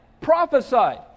prophesied